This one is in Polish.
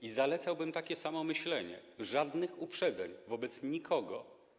I zalecałbym takie samo myślenie: żadnych uprzedzeń wobec nikogo.